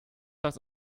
das